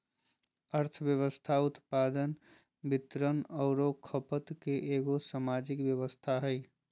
अर्थव्यवस्था उत्पादन, वितरण औरो खपत के एगो सामाजिक व्यवस्था हइ